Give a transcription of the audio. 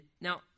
now